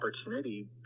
opportunity